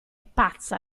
pazza